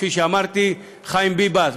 כפי שאמרתי: חיים ביבס,